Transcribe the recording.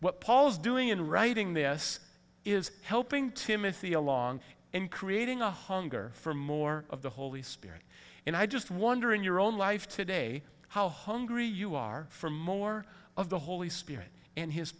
what paul is doing in writing this is helping timothy along in creating a hunger for more of the holy spirit and i just wonder in your own life today how hungry you are for more of the holy spirit and his